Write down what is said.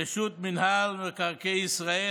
רשות מקרקעי ישראל,